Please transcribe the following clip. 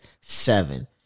seven